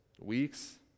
weeks